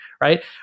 right